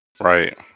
Right